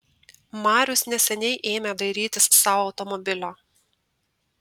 marius neseniai ėmė dairytis sau automobilio